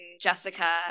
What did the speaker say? Jessica